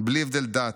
בלי הבדל דת,